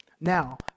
Now